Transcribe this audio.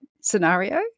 scenario